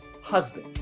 husband